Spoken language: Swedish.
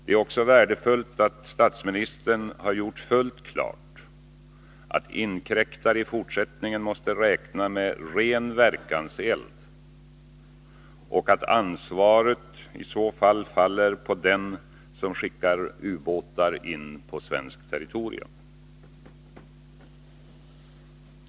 Det är också värdefullt att statsministern har gjort fullt klart att inkräktare i fortsättningen måste räkna med ren verkanseld och att ansvaret i så fall faller på den som skickar ubåtar in på svenskt territorium.